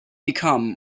become